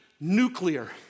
nuclear